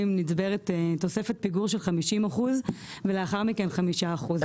נצברת תוספת פיגור של 50 אחוזים ולאחר מכן 5 אחוזים.